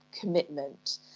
commitment